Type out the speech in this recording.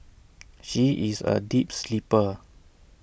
she is A deep sleeper